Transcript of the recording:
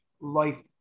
life